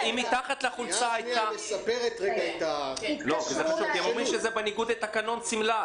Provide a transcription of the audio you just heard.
הם אומרים שהשמלה היא בניגוד לתקנון.